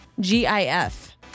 GIF